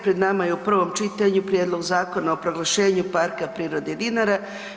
Pred nama je u prvom čitanju Prijedlog Zakona o proglašenju Parka prirode Dinara.